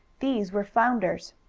these were flounders.